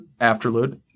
afterload